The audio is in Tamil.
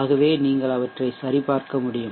ஆகவே நீங்கள் அவற்றை சரிபார்க்க முடியும்